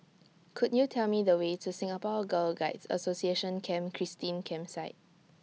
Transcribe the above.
Could YOU Tell Me The Way to Singapore Girl Guides Association Camp Christine Campsite